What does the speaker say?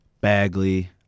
Bagley